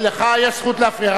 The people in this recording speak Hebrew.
לך יש זכות להפריע,